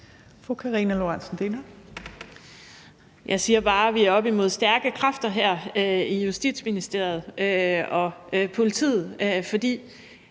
Karina Lorentzen Dehnhardt (SF): Jeg siger bare, at vi her er oppe imod stærke kræfter i Justitsministeriet og politiet, for